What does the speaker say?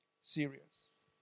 serious